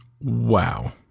Wow